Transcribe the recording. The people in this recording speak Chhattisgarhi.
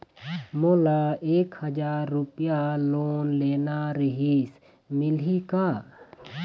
मोला एक हजार रुपया लोन लेना रीहिस, मिलही का?